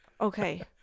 Okay